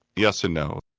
yes and no.